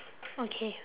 okay